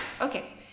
Okay